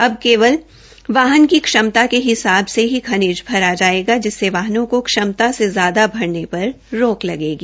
अब केवल वाहन की क्षमता के हिसाब से ही खनिज भरा जायेगा जिससे वाहनों को क्षमता से ज्यादा भरने पर रोक लगेगी